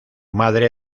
madre